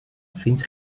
fins